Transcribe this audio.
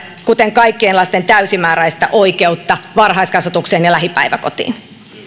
kuten kaikkien lasten täysimääräistä oikeutta varhaiskasvatukseen ja lähipäiväkotiin